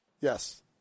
Yes